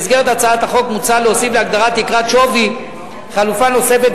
במסגרת הצעת החוק מוצע להוסיף להגדרת תקרת שווי חלופה נוספת,